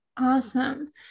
Awesome